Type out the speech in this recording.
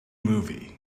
movie